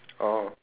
orh